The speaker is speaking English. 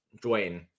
Dwayne